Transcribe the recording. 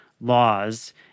laws